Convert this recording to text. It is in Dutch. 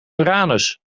uranus